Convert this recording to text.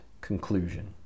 conclusion